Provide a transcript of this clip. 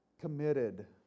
committed